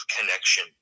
connection